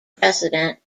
precedent